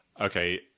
okay